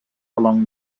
along